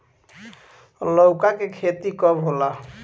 लौका के खेती कब होला?